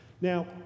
Now